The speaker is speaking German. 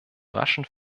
raschen